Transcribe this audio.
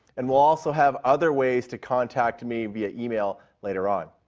and we'll also have other ways to contact me via email later on.